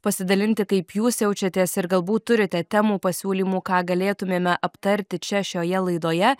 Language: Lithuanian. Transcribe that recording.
pasidalinti kaip jūs jaučiatės ir galbūt turite temų pasiūlymų ką galėtumėme aptarti čia šioje laidoje